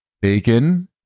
bacon